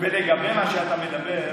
לגבי מה שאתה מדבר,